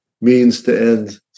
means-to-end